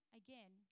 again